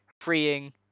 freeing